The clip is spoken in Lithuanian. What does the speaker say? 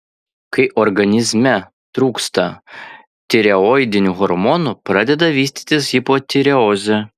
kai organizme trūksta tireoidinių hormonų pradeda vystytis hipotireozė